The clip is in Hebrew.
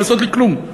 לעשות לי כלום.